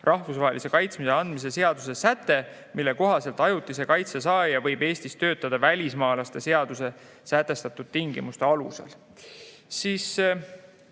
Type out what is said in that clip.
rahvusvahelise kaitse andmise seaduse see säte, mille kohaselt ajutise kaitse saaja võib Eestis töötada välismaalaste seaduses sätestatud tingimuste alusel. See